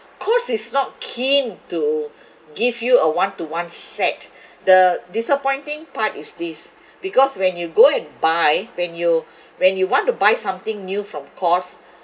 courts is not keen to give you a one to one set the disappointing part is this because when you go and buy when you when you want to buy something new from courts